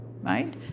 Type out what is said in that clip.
right